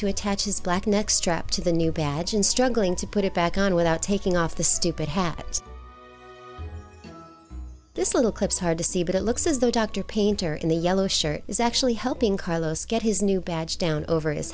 to attach his black next trap to the new badge and struggling to put it back on without taking off the stupid hat this little clip is hard to see but it looks as though dr painter in the yellow shirt is actually helping carlos get his new badge down over his